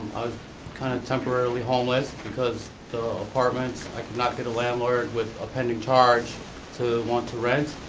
i was kind of temporarily homeless, because the apartments, i could not get a landlord with a pending charge to want to rent.